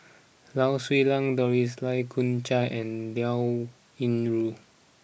Lau Siew Lang Doris Lai Kew Chai and Liao Yingru